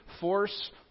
force